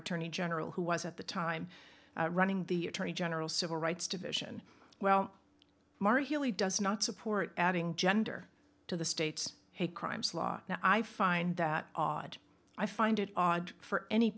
attorney general who was at the time running the attorney general civil rights division well mara healy does not support adding gender to the state's hate crimes law now i find that odd i find it odd for any